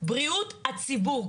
בריאות הציבור,